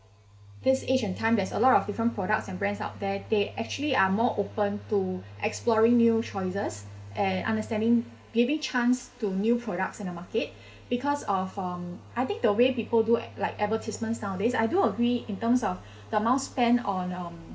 this age and time there's a lot of different products and brands out there they actually are more open to exploring new choices and understanding giving chance to new products in the market because of um I think the way people do like advertisements nowadays I do agree in terms of the amount spent on um